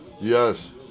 Yes